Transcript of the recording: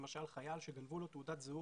למשל חייל שגנבו לו תעודת זהות,